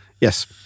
Yes